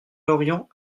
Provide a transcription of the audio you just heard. lorient